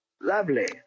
lovely